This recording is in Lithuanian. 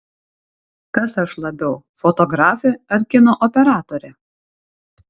kas aš labiau fotografė ar kino operatorė